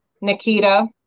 Nikita